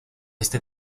este